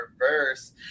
reverse